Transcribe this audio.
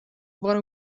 one